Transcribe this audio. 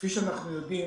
כפי שאנחנו יודעים,